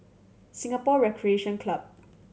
Singapore Recreation Club